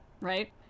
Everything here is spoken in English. right